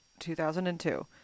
2002